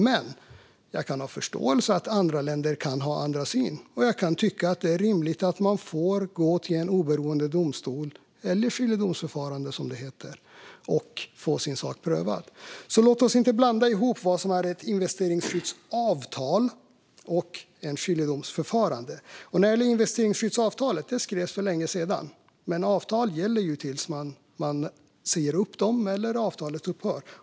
Men jag kan ha förståelse för att andra länder kan ha en annan syn. Och jag kan tycka att det är rimligt att man får gå till en oberoende domstol och ha ett skiljedomsförfarande, som det heter, för att få sin sak prövad. Låt oss inte blanda ihop ett investeringsskyddsavtal och ett skiljedomsförfarande. Investeringsskyddsavtalet skrevs för länge sedan. Men ett avtal gäller ju tills man säger upp det eller om det upphör.